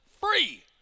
Free